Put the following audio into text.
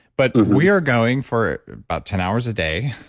but we are going for about ten hours a day,